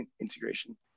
integration